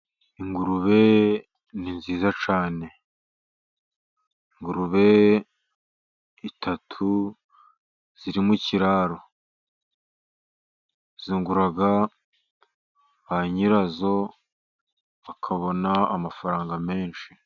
Ingurube ni nziza cyane. ingurubetu eshatu ziri mu kiraro. Zunguraga ba nyirazo, bakabona amafaranga menshi.